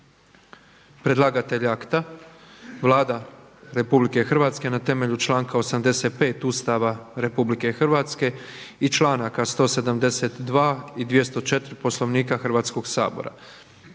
Predlagatelj je Vlada Republike Hrvatske temeljem članka 85. Ustava RH i članka 172., 204. i 206. Poslovnika Hrvatskog sabora.